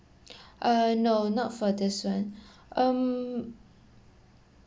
uh no not for this one um